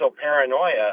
paranoia